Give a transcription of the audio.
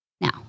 Now